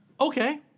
Okay